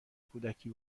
کودکی